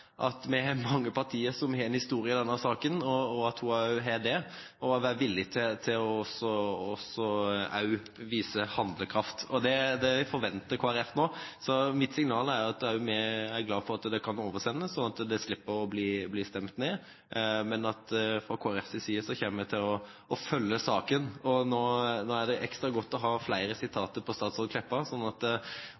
at vi er mange partier som har en historie i denne saken, og at også hun har det, og for å være villig til å vise handlekraft. Det forventer Kristelig Folkeparti nå, så mitt signal er at også vi er glade for at forslaget kan oversendes, slik at det slipper å bli stemt ned. Men fra Kristelig Folkepartis side kommer vi til å følge saken. Og da er det ekstra godt å ha flere